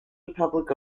republic